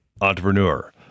Entrepreneur